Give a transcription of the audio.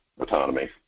autonomy